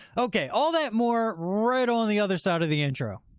okay. all that more right on the other side of the intro.